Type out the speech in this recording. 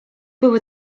były